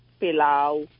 pilau